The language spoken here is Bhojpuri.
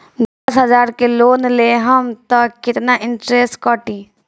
दस हजार के लोन लेहम त कितना इनट्रेस कटी?